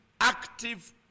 active